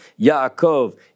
Yaakov